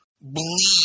bleed